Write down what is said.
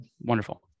wonderful